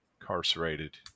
incarcerated